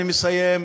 אני מסיים,